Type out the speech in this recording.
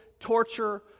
torture